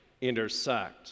intersect